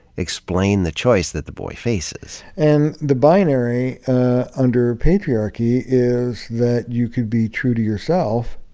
explain the choice that the boy faces. and the binary under patriarchy is that you could be true to yourself